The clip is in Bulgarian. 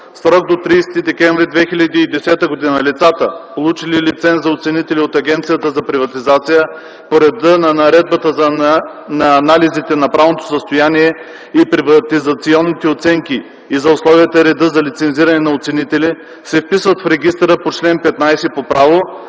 срок до 30 декември 2010 г. лицата, получили лиценз за оценители от Агенцията за приватизация по реда на Наредбата за анализите на правното състояние и приватизационните оценки и за условията и реда за лицензиране на оценители, се вписват в регистъра по чл. 15 по право,